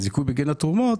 הזיכוי בגין התרומות,